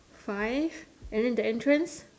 five and then the entrance